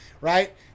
right